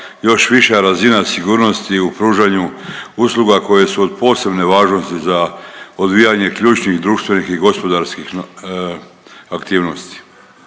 još viša razina sigurnosti u pružanju usluga koje su od posebne važnosti za odvijanje ključnih društvenih i gospodarskih aktivnosti.